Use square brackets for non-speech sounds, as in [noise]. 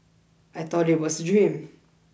I thought it was a dream [noise]